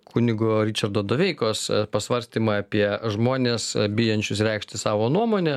kunigo ričardo doveikos pasvarstymai apie žmones bijančius reikšti savo nuomonę